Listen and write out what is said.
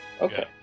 okay